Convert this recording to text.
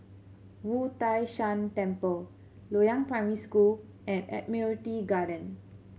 Wu Tai Shan Temple Loyang Primary School and Admiralty Garden